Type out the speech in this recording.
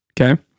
okay